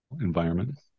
environment